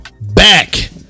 back